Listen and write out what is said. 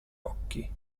occhi